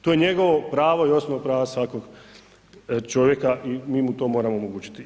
To je njegovo pravo i osnovno pravo svakog čovjeka i mi mu to moramo omogućiti.